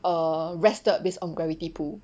err rested based on gravity pull